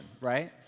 right